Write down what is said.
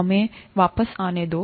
हमें वापस आने दो